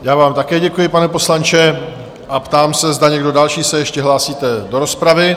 Já vám také děkuji, pane poslanče, a ptám se, zda někdo další se ještě hlásí do rozpravy?